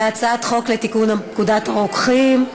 הצעת חוק לתיקון פקודת הרוקחים.